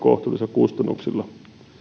kustannuksilla